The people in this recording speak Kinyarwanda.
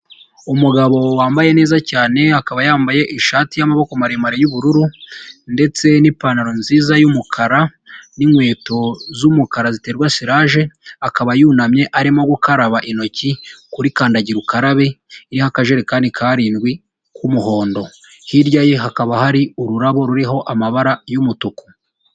Umugabo wambaye neza cyane akaba yambaye ishati y'amaboko maremare y'ubururu ndetse n'ipantaro nziza y'umukara n'inkweto z'umukara ziterwa sirage akaba yunamye arimo gukaraba intoki kuri kandagira ukarabe iriho akajerekani karindwi k'umuhondo, hirya ye hakaba hari ururabo ruriho amabara y'umutuku.